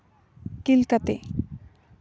kill ᱠᱟᱛᱮᱜ